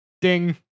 Ding